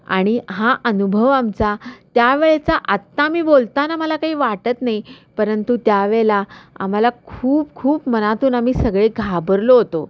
आणि हा अनुभव आमचा त्यावेळेचा आत्ता मी बोलताना मला काही वाटत नाही परंतु त्यावेळेला आम्हाला खूप खूप मनातून आम्ही सगळे घाबरलो होतो